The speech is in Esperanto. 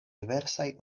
diversaj